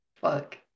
Fuck